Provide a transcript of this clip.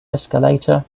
escalator